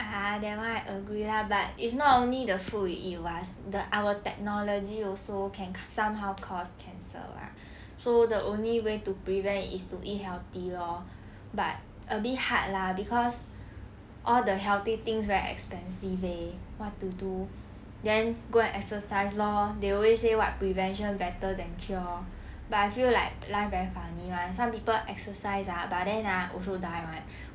(uh huh) that one I agree lah but it's not only the food we eat [what] the our technology also can somehow cause cancer ah so the only way to prevent it is to eat healthy lor but a bit hard lah cause all the healthy things very expensive eh what to do then go and exercise lor they always say what prevention better than cure but I feel like life very funny [one] some people exercise ah but then ah also die [one]